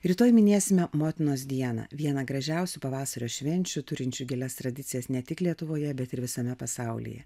rytoj minėsime motinos dieną vieną gražiausių pavasario švenčių turinčių gilias tradicijas ne tik lietuvoje bet ir visame pasaulyje